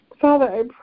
Father